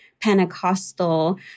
Pentecostal